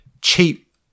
cheap